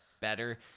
better